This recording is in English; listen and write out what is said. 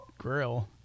grill